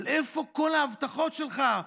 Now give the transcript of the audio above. אבל איפה כל ההבטחות שלך?